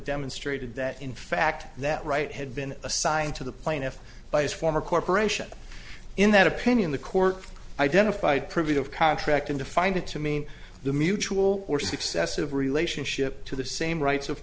demonstrated that in fact that right had been assigned to the plaintiff by his former corporation in that opinion the court identified privy of contract in to find it to mean the mutual or successive relationship to the same rights of